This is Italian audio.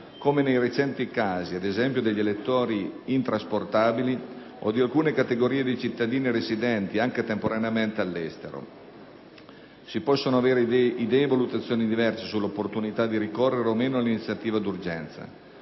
come nei recenti casi, ad esempio, degli elettori intrasportabili o di alcune categorie di cittadini residenti, anche temporaneamente, all'estero. Si possono avere idee e valutazioni diverse sull'opportunità di ricorrere o meno all'iniziativa d'urgenza.